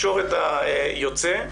התקשורת היוצא,